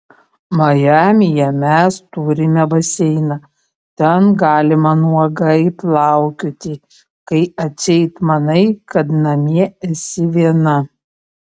majamyje mes turime baseiną ten galima nuogai plaukioti kai atseit manai kad namie esi viena